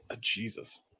Jesus